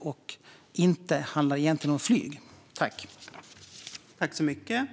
Är man medveten om att frågan egentligen inte handlar om flyg?